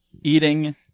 eating